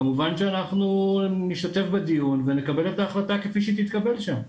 כמובן שאנחנו נשתתף בדיון ונקבל את ההחלטה כפי שהיא תתקבל שם.